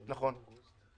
נכון.